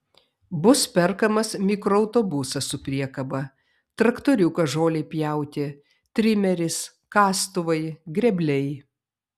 bus perkamas mikroautobusas su priekaba traktoriukas žolei pjauti trimeris kastuvai grėbliai